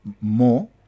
more